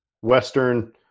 Western